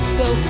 go